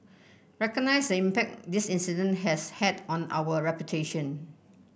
recognise the impact this incident has had on our reputation